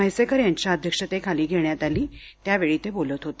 म्हैसेकर यांच्या अध्यक्षतेखाली घेण्यात आली यावेळी ते बोलत होते